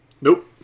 nope